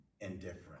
indifferent